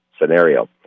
scenario